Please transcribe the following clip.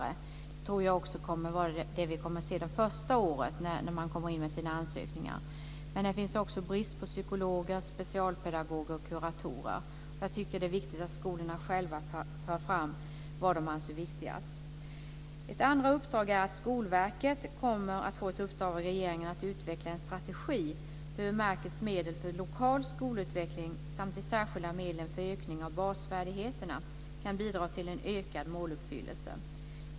Det tror jag också kommer att vara det vi kommer att se det första året, när ansökningarna kommer in. Men det är också brist på psykologer, specialpedagoger och kuratorer. Jag tycker att det är viktigt att skolorna själva för fram vad de anser viktigast. Ett andra uppdrag är det uppdrag som Skolverket kommer att få av regeringen att utveckla en strategi för hur verkets medel för lokal skolutveckling samt de särskilda medlen för ökning av basfärdigheterna ska kunna bidra till en ökad måluppfyllelse.